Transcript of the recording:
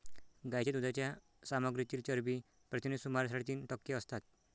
गायीच्या दुधाच्या सामग्रीतील चरबी प्रथिने सुमारे साडेतीन टक्के असतात